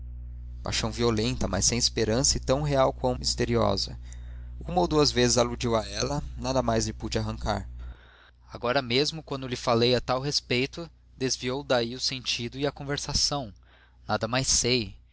paixão violenta mas sem esperança e tão real quão misteriosa uma ou duas vezes aludiu a ela nada mais lhe pude arrancar agora mesmo quando lhe falei a tal respeito desviou daí o sentido e a conversação nada mais sei